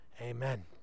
Amen